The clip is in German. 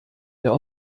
der